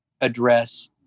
address